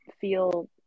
feel